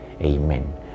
Amen